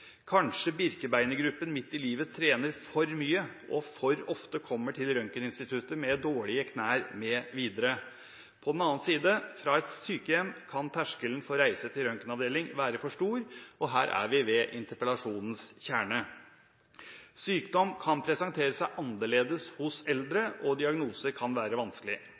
Kanskje birkebeinergruppen midt i livet trener for mye og for ofte kommer til røntgeninstituttet med dårlige knær mv. På den annen side: Fra et sykehjem kan terskelen for å reise til en røntgenavdeling være for stor. Her er vi ved interpellasjonens kjerne. Sykdom kan presentere seg annerledes hos eldre, og diagnose kan være vanskelig.